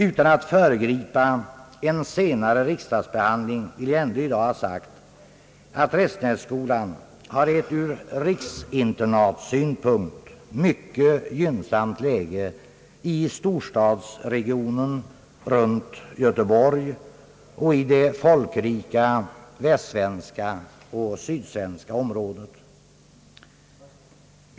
Utan att föregripa en senare riksdagsbehandling vill jag ändå i dag ha sagt, att Restenässkolan har ett ur riksinternatsynpunkt mycket gynnsamt läge i storstadsregionen runt Göteborg och i det folkrika västsvenska och sydsvenska området.